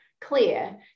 clear